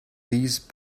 these